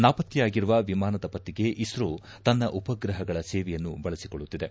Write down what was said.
ನಾಪತ್ತೆಯಾಗಿರುವ ವಿಮಾನದ ಪತ್ತೆಗೆ ಇಸ್ರೋ ತನ್ನ ಉಪಗ್ರಹಗಳ ಸೇವೆಯನ್ನು ಬಳಸಿಕೊಳ್ಳುತ್ತಿವೆ